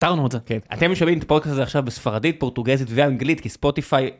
אתם שומעים את הפרק הזה עכשיו בספרדית פורטוגזית ואנגלית כי ספוטיפיי.